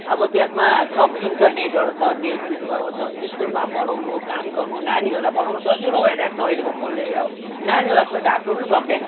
अब त्यसमा सब इन्टरनेटहरू छ स्कुलमा पढाउनु काम गर्नु नानीहरूलाई पढाउनु सजिलो भइरहेको छ अहिलेको फोनले अब नानीहरूलाई आजकल ढाँट्नु पनि सक्दैन